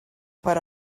però